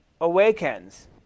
awakens